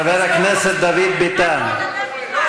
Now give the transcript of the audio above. חבר הכנסת דוד ביטן,